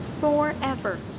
Forever